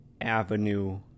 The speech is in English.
avenue